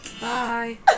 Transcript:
Bye